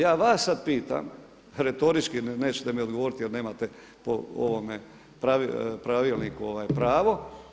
Ja vas sad pitam retorički, nećete mi odgovoriti jer nemate po ovome pravilniku pravo.